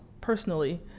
personally